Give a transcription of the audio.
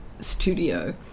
studio